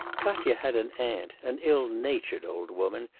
katya had an aunt, an ill-natured old woman,